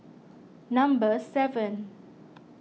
number seven